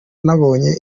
ntabonye